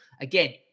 again